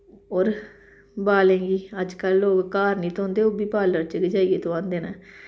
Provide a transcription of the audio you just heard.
होर बालें गी अज्जकल लोक घर नी धोंदे ओह् बी पार्लर च गै जाइयै धोआंदे न